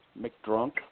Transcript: McDrunk